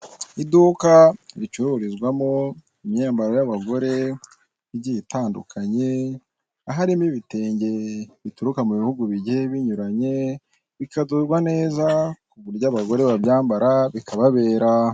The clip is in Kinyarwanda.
Iduka ricururizwamo imyambaro y'abagore igiye itandukanye, aharimo ibitenge bituruka mu bihugu bigiye binyuranye; bikadodwa neza ku buryo abagore babyambara bikababera.